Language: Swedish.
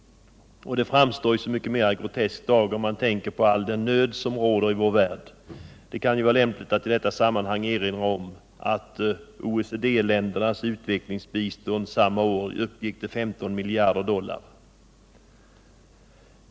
Det framstår i så mycket mera grotesk dager om man tänker på all den nöd som råder i vår värld. Det kan ju vara lämpligt att i detta sammanhang erinra om att OECD ländernas utvecklingsbistånd samma år uppgick till 15 miljarder dollar.